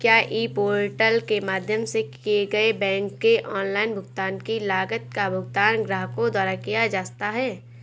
क्या e portal के माध्यम से किए गए बैंक के ऑनलाइन भुगतान की लागत का भुगतान ग्राहकों द्वारा किया जाता है?